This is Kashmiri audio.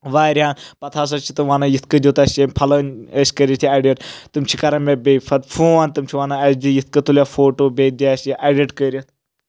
وارِیاہ پَتہٕ ہسا چھِ تٕم وَنان یِتھ کٔنۍ دیُت اَسہِ ییٚمہِ پھَلٲنۍ أسۍ کٔرِتھ یہِ ایٚڈِٹ تِم چھِ کرَان مےٚ بیٚیہِ فون تم چھِ وَنان اَسہِ دِ یِتھ کٔنۍ تُلِتھ فوٹو بیٚیہِ دِ اَسہِ یہِ ایڈِٹ کٔرِتھ